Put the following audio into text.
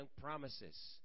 promises